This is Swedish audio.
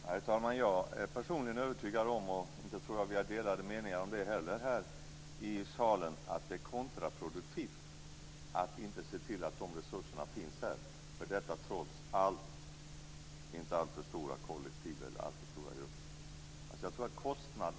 Herr talman! Jag är personligen övertygad om att det är kontraproduktivt att inte se till att dessa resurser finns för detta, trots allt, inte alltför stora kollektiv eller dessa inte alltför stora grupper; jag tror inte att vi här i salen har delade meningar om det här.